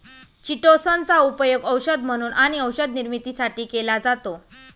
chitosan चा उपयोग औषध म्हणून आणि औषध निर्मितीसाठी केला जातो